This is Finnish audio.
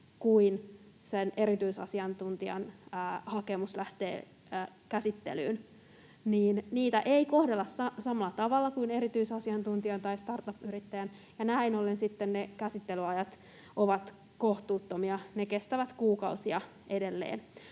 kuin sen erityisasiantuntijan hakemus lähtee käsittelyyn, niin sitä ei kohdella samalla tavalla kuin erityisasiantuntijan tai startup-yrittäjän, ja näin ollen sitten ne käsittelyajat ovat kohtuuttomia. Ne kestävät kuukausia edelleen.